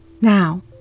Now